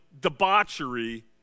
debauchery